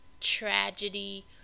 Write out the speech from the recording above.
tragedy